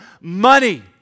money